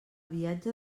viatge